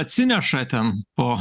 atsineša ten po